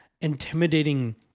intimidating